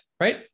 right